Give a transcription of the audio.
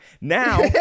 now